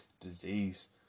disease